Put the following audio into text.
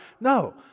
No